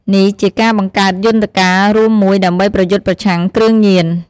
នេះជាការបង្កើតយន្តការរួមមួយដើម្បីប្រយុទ្ធប្រឆាំងគ្រឿងញៀន។